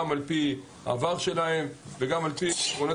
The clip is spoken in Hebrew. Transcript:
גם על פי העבר שלהם וגם על פי שיקולים